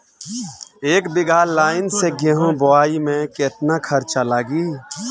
एक बीगहा लाईन से गेहूं बोआई में केतना खर्चा लागी?